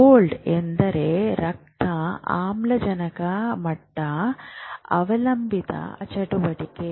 bold ಎಂದರೆ ರಕ್ತ ಆಮ್ಲಜನಕ ಮಟ್ಟ ಅವಲಂಬಿತ ಚಟುವಟಿಕೆ